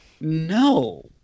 No